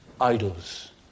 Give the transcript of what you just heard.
idols